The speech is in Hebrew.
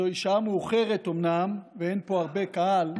זוהי אומנם שעה מאוחרת, ואין פה הרבה קהל,